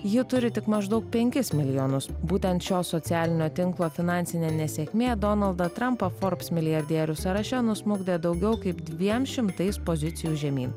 ji turi tik maždaug penkis milijonus būtent šio socialinio tinklo finansinė nesėkmė donaldą trampą forbs milijardierių sąraše nusmukdė daugiau kaip dviem šimtais pozicijų žemyn